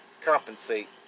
compensate